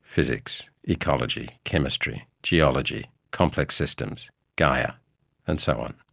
physics, ecology, chemistry, geology complex systems, gaia and so on.